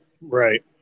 Right